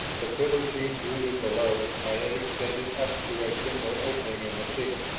the pillar seemed rooted below and it extended up through a similar opening in the ceiling,